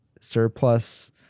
surplus